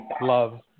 love